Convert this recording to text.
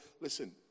Listen